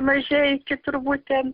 mažeikių turbūt ten